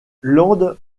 landes